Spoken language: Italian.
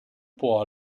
può